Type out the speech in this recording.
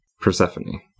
Persephone